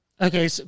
okay